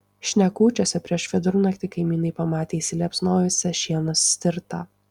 sakūčiuose prieš vidurnaktį kaimynai pamatė įsiliepsnojusią šieno stirtą